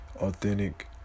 authentic